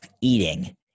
eating